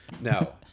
no